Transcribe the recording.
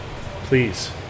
Please